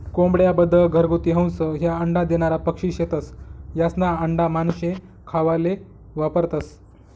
कोंबड्या, बदक, घरगुती हंस, ह्या अंडा देनारा पक्शी शेतस, यास्ना आंडा मानशे खावाले वापरतंस